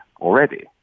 already